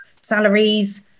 salaries